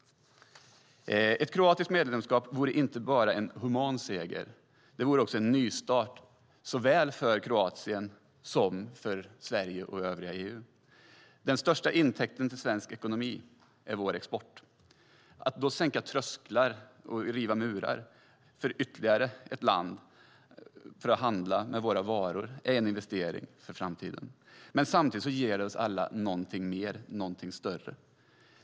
Ett kroatiskt medlemskap vore inte bara en human seger. Det vore också en nystart för såväl Kroatien som Sverige och övriga EU. Den största intäkten till svensk ekonomi är vår export. Att då sänka trösklar och riva murar så att ytterligare ett land kan handla med våra varor är en investering för framtiden. Samtidigt så ger det oss alla någonting mer och någonting större.